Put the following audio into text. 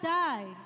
die